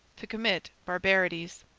to commit barbarities.